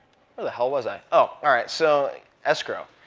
where the hell was i? oh. all right. so escrow.